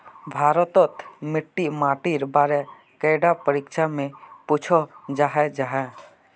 भारत तोत मिट्टी माटिर बारे कैडा परीक्षा में पुछोहो जाहा जाहा?